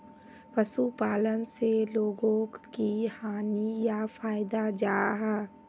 पशुपालन से लोगोक की हानि या फायदा जाहा?